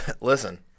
Listen